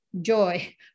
joy